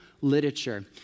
literature